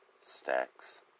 Stacks